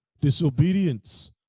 disobedience